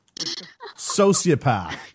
Sociopath